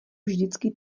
vždycky